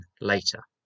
later